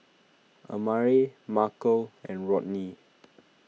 Amare Markel and Rodney